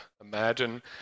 Imagine